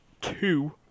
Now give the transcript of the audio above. two